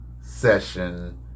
session